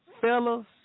fellas